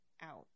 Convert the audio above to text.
out